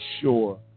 sure